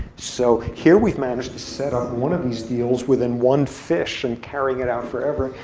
so here we've managed to set up one of these deals within one fish and carrying it out forever.